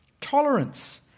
tolerance